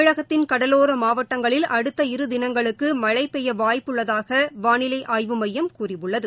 தமிழகத்தின் கடலோர மாவட்டங்களில் அடுத்த இரு தினங்களுக்கு மழை பெய்ய வாய்ப்பு உள்ளதாக வானிலை ஆய்வு மையம் கூறியுள்ளது